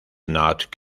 not